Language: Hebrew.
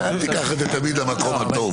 אל תיקח את זה תמיד למקום "הטוב".